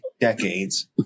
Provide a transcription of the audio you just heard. decades